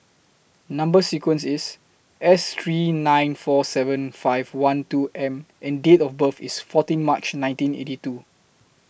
Number sequence IS S three nine four seven five one two M and Date of birth IS fourteen March nineteen eighty two